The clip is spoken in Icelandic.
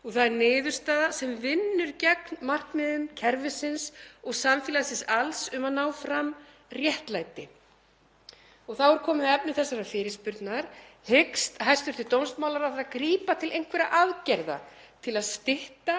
og það er niðurstaða sem vinnur gegn markmiðum kerfisins og samfélagsins alls um að ná fram réttlæti. Og þá er komið að efni þessarar fyrirspurnar: Hyggst hæstv. dómsmálaráðherra grípa til einhverra aðgerða til að stytta